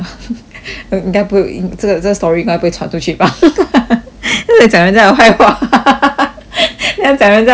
uh 应该不应这个这个 story 应该不会传出去 bah 在讲人家的坏话 要讲人家的坏话